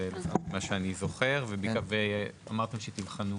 ואמרתם שתבחנו.